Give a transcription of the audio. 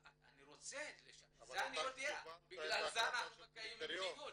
זה אני יודע, בגלל זה אנחנו מקיימים דיון.